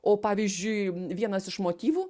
o pavyzdžiui vienas iš motyvų